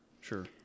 sure